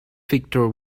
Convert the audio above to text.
victor